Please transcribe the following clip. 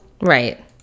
Right